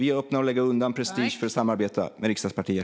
Vi är öppna för att lägga undan prestigen för att samarbeta med riksdagspartier.